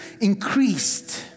increased